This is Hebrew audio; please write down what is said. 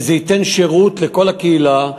וזה ייתן שירות לכל הקהילה.